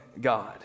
God